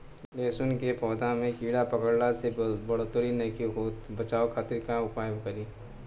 लहसुन के पौधा में कीड़ा पकड़ला से बढ़ोतरी नईखे होत बचाव खातिर का उपाय करी?